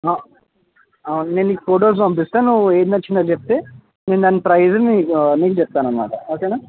అవున నేను నీకు ఫొటోసు పంపిస్తా నువ్వు ఏది నచ్చిందో చెప్తే నేను దాని ప్రైజు నీకు నీకు చెప్తా అనుమాట ఓకేనా